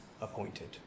appointed